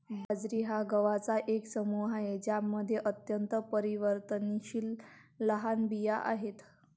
बाजरी हा गवतांचा एक समूह आहे ज्यामध्ये अत्यंत परिवर्तनशील लहान बिया आहेत